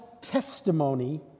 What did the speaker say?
testimony